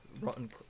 rotten